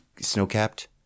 snow-capped